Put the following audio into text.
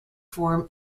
form